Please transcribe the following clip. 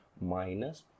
minus